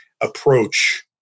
approach